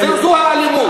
זו האלימות.